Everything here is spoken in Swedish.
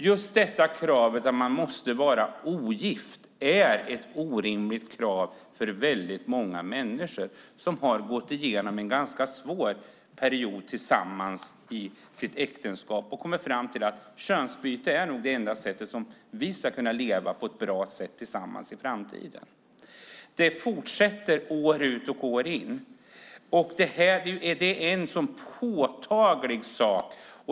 Just kravet att man måste vara ogift är orimligt för många människor som har gått igenom en ganska svår period tillsammans i sitt äktenskap och kommit fram till att könsbyte nog är det enda sättet för att de ska kunna leva tillsammans på ett bra sätt i framtiden. Detta fortsätter år ut och år in. Det är en så påtaglig sak.